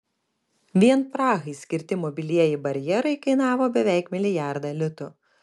vien prahai skirti mobilieji barjerai kainavo beveik milijardą litų